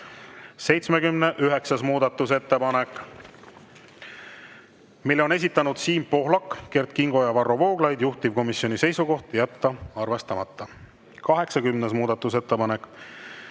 79. muudatusettepanek, mille on esitanud Siim Pohlak, Kert Kingo ja Varro Vooglaid. Juhtivkomisjoni seisukoht: jätta arvestamata. 80. muudatusettepanek,